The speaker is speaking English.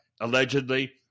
allegedly